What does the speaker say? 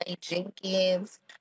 Jenkins